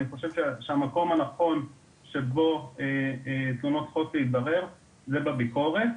אני חושב שהמקום הנכון שבו תלונות צריכות להתברר זה בביקורת.